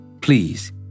Please